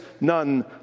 none